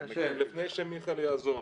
לפני שמיכאל יעזוב,